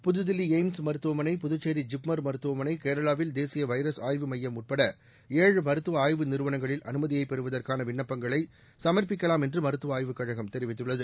புத்தில்லி ஏய்ம்ஸ் மருத்துவமனை புதுச்சேரி ஜிப்மர் மருத்துவமனை கேரளாவில் தேசிய வைரஸ் ஆய்வு மையம் உட்பட ஏழு மருத்துவ ஆய்வு நிறுவனங்களில் அனுமதியை பெறுவதற்கான விண்ணப்பங்களை சமர்ப்பிக்கலாம் என்று மருத்துவ ஆய்வுக் கழகம் தெரிவித்துள்ளது